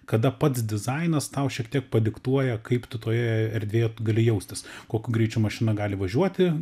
kada pats dizainas tau šiek tiek padiktuoja kaip tu toje erdvėje gali jaustis kokiu greičiu mašina gali važiuoti